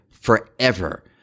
forever